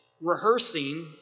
rehearsing